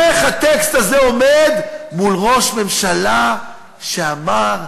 איך הטקסט הזה עומד מול ראש ממשלה שאמר: